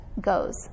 goes